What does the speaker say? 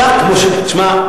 תשמע,